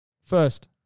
first